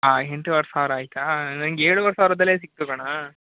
ಹಾಂ ಎಂಟೂವರೆ ಸಾವಿರ ಆಯಿತಾ ನಂಗೆ ಏಳೂವರೆ ಸಾವಿರದಲ್ಲೇ ಸಿಕ್ಕಿತು ಕಣೋ